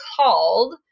called